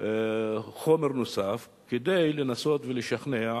חומר נוסף כדי לנסות ולשכנע.